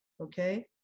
Okay